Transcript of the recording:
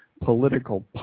political